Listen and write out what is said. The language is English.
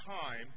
time